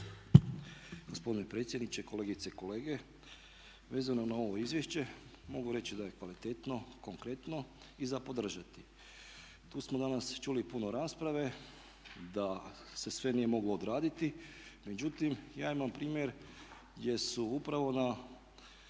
Gospodine predsjedniče, kolegice i kolege. Vezano na ovo izvješće, mogu reći da je kvalitetno, konkretno i za podržati. Tu smo dan čuli i puno rasprave da se sve nije moglo odraditi. Međutim ja imam primjer gdje su upravo na